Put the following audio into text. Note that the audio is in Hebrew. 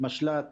משל"ט